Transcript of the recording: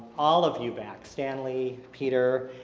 all of you back stanley, peter,